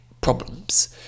problems